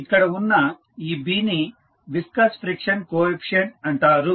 ఇక్కడ ఉన్న ఈ B ని విస్కస్ ఫ్రిక్షన్ కోఎఫీసియంట్ అంటారు